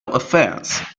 offense